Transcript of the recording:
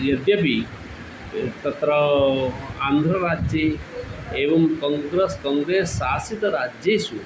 यद्यपि तत्र आन्ध्रराज्ये एवं काङ्ग्रस् कोङ्ग्रेस् शासितराज्येषु